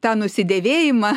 tą nusidėvėjimą